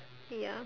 ya